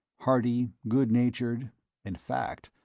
hearty, good-natured in fact,